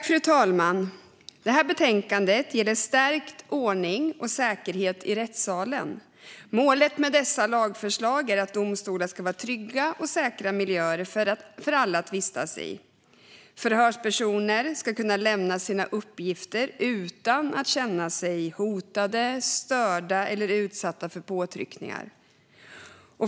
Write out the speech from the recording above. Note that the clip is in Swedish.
Fru talman! Betänkandet gäller stärkt ordning och säkerhet i rättssalen. Målet med dessa lagförslag är att domstolar ska vara trygga och säkra miljöer för alla att vistas i. Förhörspersoner ska kunna lämna sina uppgifter utan att känna sig hotade, störda eller utsatta för påtryckningar.